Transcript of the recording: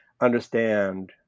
understand